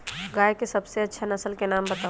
गाय के सबसे अच्छा नसल के नाम बताऊ?